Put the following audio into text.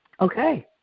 okay